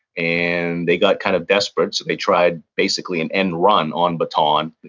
and they got kind of desperate, so they tried basically an end run on bataan,